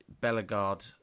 bellegarde